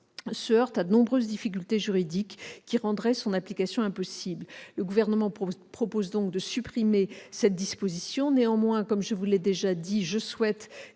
se heurte à de nombreuses difficultés juridiques qui rendraient son application impossible. Le Gouvernement propose donc de la supprimer. Néanmoins, comme je vous l'ai déjà dit, je souhaite